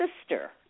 sister